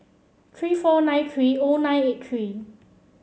three four nine three O nine eight three